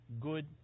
good